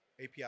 API